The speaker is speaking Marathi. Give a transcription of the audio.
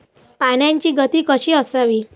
पाण्याची गती कशी असावी?